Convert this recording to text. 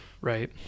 Right